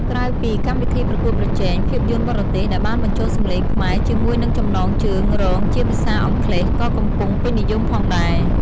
ក្រៅពីកម្មវិធីប្រកួតប្រជែង ភាពយន្តបរទេសដែលបានបញ្ចូលសំឡេងខ្មែរជាមួយនឹងចំណងជើងរងជាភាសាអង់គ្លេសក៏កំពុងពេញនិយមផងដែរ។